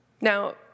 Now